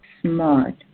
smart